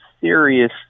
serious